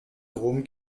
rom